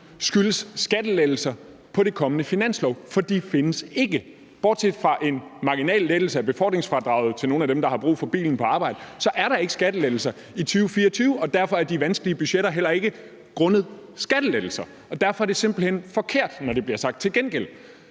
skyldes skattelettelser i den kommende finanslov, for de findes ikke. Bortset fra en marginal lettelse af befordringsfradraget til nogle af dem, der har brug for bilen til arbejde, er der ikke skattelettelser i 2024, og derfor er de vanskelige budgetter heller ikke grundet skattelettelser. Så det er simpelt hen forkert, når det bliver sagt. Til gengæld